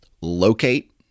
Locate